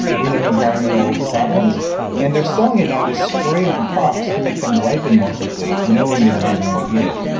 we know environmental problems and they're selling it now to spray on crops to make them ripen more quickly, knowing it will be there when we eat it.